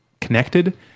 connected